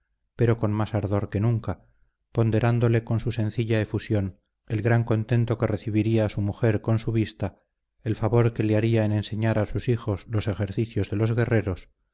pero con más ardor que nunca ponderándole con su sencilla efusión el gran contento que recibiría su mujer con su vista el favor que le haría en enseñar a sus hijos los ejercicios de los guerreros